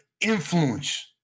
influence